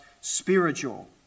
spiritual